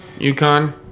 UConn